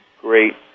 great